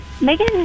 Megan